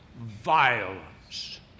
Violence